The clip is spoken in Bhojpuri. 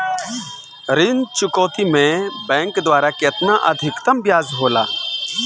ऋण चुकौती में बैंक द्वारा केतना अधीक्तम ब्याज होला?